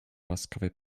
łaskawy